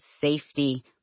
safety